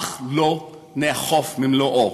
אך לא נאכף במלואו.